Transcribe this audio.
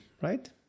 right